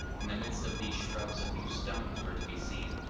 in the midst of these shrubs a few stones were to be seen,